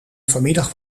vanmiddag